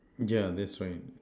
yeah that's right